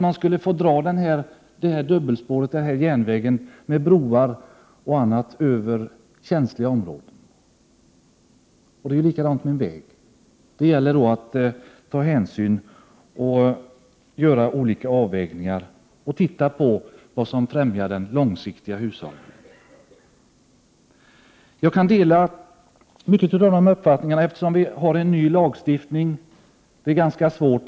Man skulle få dra detta järnvägsspår med bl.a. broar över känsliga områden. Det är ju likadant med en väg. Då gäller det att — Prot. 1988/89:117 ta hänsyn, göra olika avvägningar och se på vad som främjar den långsiktiga 19 maj 1989 hushållningen. Detta är ganska svårt.